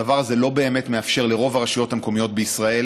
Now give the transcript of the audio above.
הדבר הזה לא באמת מאפשר לרוב הרשויות המקומיות בישראל